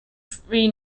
free